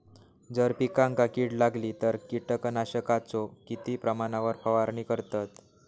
जर पिकांका कीड लागली तर कीटकनाशकाचो किती प्रमाणावर फवारणी करतत?